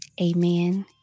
amen